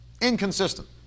Inconsistent